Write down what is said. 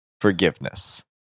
forgiveness